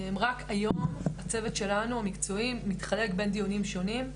רק היום הצוות שלנו המקצועי מתחלק בין דיונים שונים.